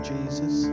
Jesus